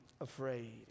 afraid